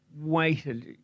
waited